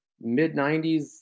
mid-90s